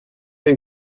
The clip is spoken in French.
avec